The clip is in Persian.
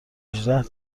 هجده